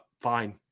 fine